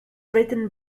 written